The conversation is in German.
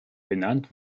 benannt